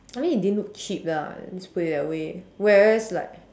I think it didn't look cheap lah let's put it that way whereas like